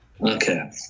okay